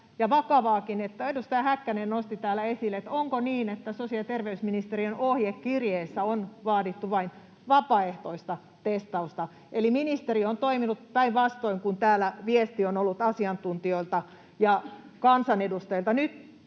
vakavaakin, että edustaja Häkkänen nosti täällä esille sen, onko niin, että sosiaali‑ ja terveysministeriön ohjekirjeessä on vaadittu vain vapaaehtoista testausta eli ministeri on toiminut päinvastoin kuin täällä viesti on ollut asiantuntijoilta ja kansanedustajilta.